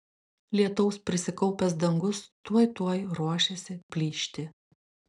lietaus prisikaupęs dangus tuoj tuoj ruošėsi plyšti